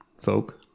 folk